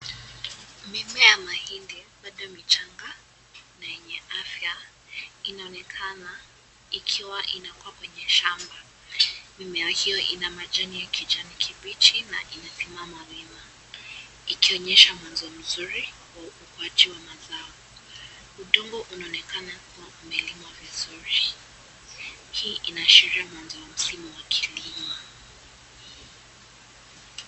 Mimea ya mahindi bado michanga na yenye afya inaonekana ikiwa inakua kwenye shamba. Mimea hiyo ina majani ya kijani kibichi na inasimama vyema, ikionyesha mwanzo mzuri wa ukuaji wa mazao. Udongo unaonekana huko mbele kuwa vizuri .Hii inaashiria mwanzo wa msimu wakilima.